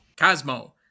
Cosmo